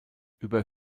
über